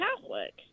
Catholic